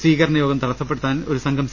സ്വീകരണയോഗം തടസ്സപ്പെടുത്താൻ ഒരു സംഘം സി